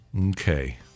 Okay